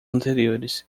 anteriores